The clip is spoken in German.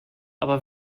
aber